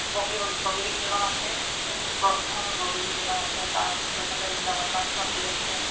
বগীবিল দলং আছে বগীবিল দলং আছে তাৰপিছতে এইফালে জগন্নাথ মন্দিৰ আছে